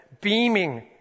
beaming